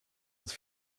het